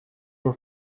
your